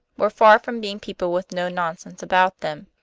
were far from being people with no nonsense about them.